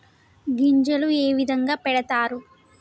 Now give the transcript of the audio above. గింజలు ఏ విధంగా పెడతారు?